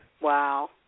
Wow